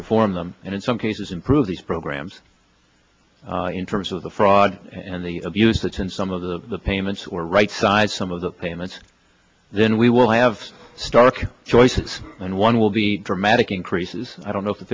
reform them and in some cases improve these programs in terms of the fraud and the abuse that's in some of the payments or right side some of the payments then we will have stark choices and one will be dramatic increases i don't know